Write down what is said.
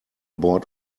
board